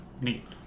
Neat